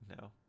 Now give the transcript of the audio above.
no